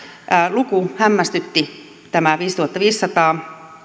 luku hämmästytti tämä viisituhattaviisisataa